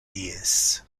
dies